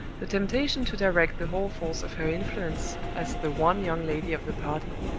the temptation to direct the whole force of her influence, as the one young lady of the party,